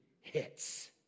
hits